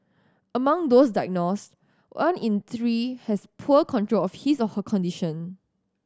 among those diagnosed one in three has poor control of his or her condition